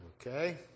Okay